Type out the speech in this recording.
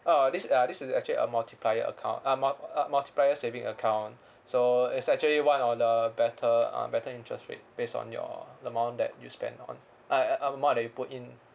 uh this uh this is actually a multiplier account uh mul~ uh multiplier saving account so it's actually one of the better uh better interest rate based on your amount that you spend on uh err amount that you put in